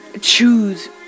choose